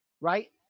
Right